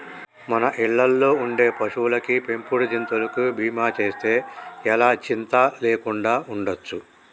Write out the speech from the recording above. మన ఇళ్ళల్లో ఉండే పశువులకి, పెంపుడు జంతువులకి బీమా చేస్తే ఎలా చింతా లేకుండా ఉండచ్చు